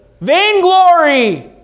Vainglory